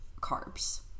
carbs